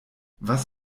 was